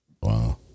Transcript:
Wow